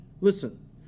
Listen